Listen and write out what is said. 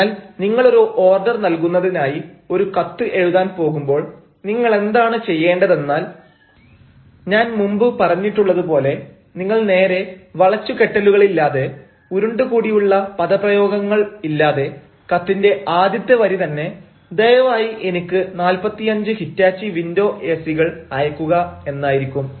അതിനാൽ നിങ്ങൾ ഒരു ഓർഡർ നൽകുന്നതിനായി ഒരു കത്ത് എഴുതാൻ പോകുമ്പോൾ നിങ്ങൾ എന്താണ് ചെയ്യേണ്ടതെന്നാൽ ഞാൻ മുമ്പ് പറഞ്ഞിട്ടുള്ളതു പോലെ നിങ്ങൾ നേരെ വളച്ചു കെട്ടലുകളില്ലാതെ ഉരുണ്ടുകൂടിയുള്ള പദപ്രയോഗങ്ങൾ ഇല്ലാതെ കത്തിന്റെ ആദ്യത്തെ വരി തന്നെ ദയവായി എനിക്ക് 45 ഹിറ്റാച്ചി വിൻഡോ എ സി കൾ അയക്കുക എന്നായിരിക്കും